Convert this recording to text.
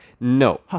No